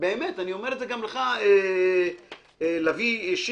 באמת, אני אומר את זה גם לך, לביא שיפמן.